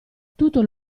tutto